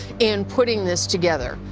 in putting this together,